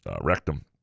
rectum